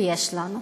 ויש לנו,